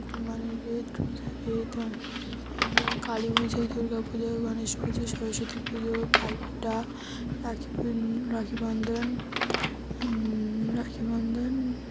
কুরবানির ঈদ রোজার ঈদ হিন্দুরা কালী পুজো দুর্গা পুজো গণেশ পুজো সরস্বতী পুজো ভাইফোঁটা রাখিপূণ রাখীবন্ধন রাখিবন্ধন